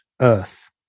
earth